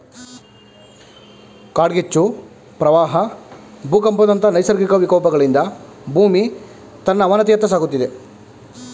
ಕಾಡ್ಗಿಚ್ಚು, ಪ್ರವಾಹ ಭೂಕಂಪದಂತ ನೈಸರ್ಗಿಕ ವಿಕೋಪಗಳಿಂದ ಭೂಮಿ ತನ್ನ ಅವನತಿಯತ್ತ ಸಾಗುತ್ತಿದೆ